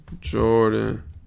Jordan